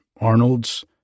Arnolds